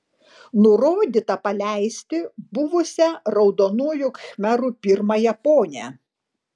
nurodyta paleisti buvusią raudonųjų khmerų pirmąją ponią